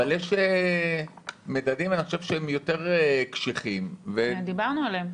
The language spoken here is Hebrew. אבל יש מדדים שהם יותר קשיחים --- דיברנו עליהם,